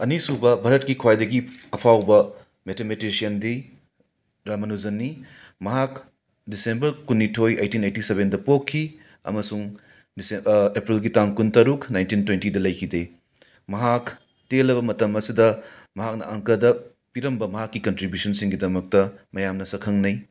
ꯑꯅꯤꯁꯨꯕ ꯚꯥꯔꯠꯀꯤ ꯈ꯭ꯋꯥꯏꯗꯒꯤ ꯑꯐꯥꯎꯕ ꯃꯦꯊꯃꯦꯇꯤꯁꯤꯌꯟꯗꯤ ꯔꯥꯃꯅꯨꯖꯟꯅꯤ ꯃꯍꯥꯛ ꯗꯤꯁꯦꯝꯕꯔ ꯀꯨꯟꯅꯤꯊꯣꯏ ꯑꯩꯏꯇꯤꯟ ꯑꯩꯏꯇꯤ ꯁꯕꯦꯟꯗ ꯄꯣꯛꯈꯤ ꯑꯃꯁꯨꯡ ꯗꯤꯁꯦꯝ ꯑꯦꯄ꯭ꯔꯤꯜꯒꯤ ꯇꯥꯡ ꯀꯨꯟꯇꯔꯨꯛ ꯅꯥꯏꯟꯇꯤꯟ ꯇꯣꯏꯟꯇꯤꯗ ꯂꯩꯈꯤꯗꯦ ꯃꯍꯥꯛ ꯇꯦꯜꯂꯕ ꯃꯇꯝ ꯑꯁꯤꯗ ꯃꯍꯥꯛꯅ ꯑꯪꯀꯗ ꯄꯤꯔꯝꯕ ꯃꯍꯥꯛꯀꯤ ꯀꯟꯇ꯭ꯔꯤꯕ꯭ꯌꯨꯁꯟꯁꯤꯡꯒꯤꯗꯃꯛꯇ ꯃꯌꯥꯝꯅ ꯁꯛ ꯈꯪꯅꯩ